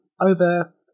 over